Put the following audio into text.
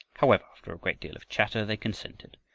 however, after a great deal of chatter, they consented,